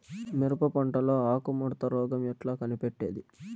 మిరప పంటలో ఆకు ముడత రోగం ఎట్లా కనిపెట్టేది?